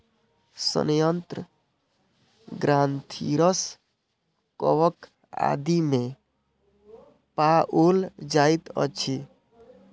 सयंत्र ग्रंथिरस कवक आदि मे पाओल जाइत अछि